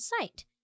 site